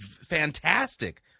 fantastic